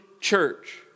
church